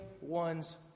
one's